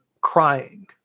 crying